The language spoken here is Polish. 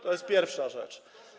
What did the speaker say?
To jest pierwsza rzecz.